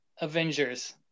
Avengers